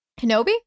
Kenobi